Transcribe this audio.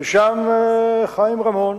ושם חיים רמון,